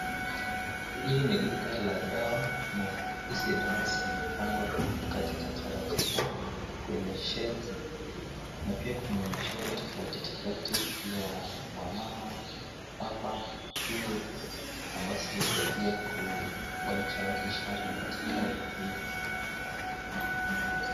Hii ni duka la dawa, na hizi dawa zimepangua katika taratibu, kwenye shelf .na pia kuna mchoro tofauti tofauti ya wamama hapa ambazo husaidia kuonyesha watu ishara.